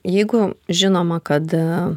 jeigu žinoma kada